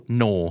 no